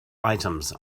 items